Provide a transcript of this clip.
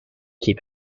keep